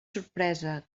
sorpresa